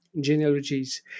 genealogies